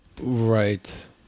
Right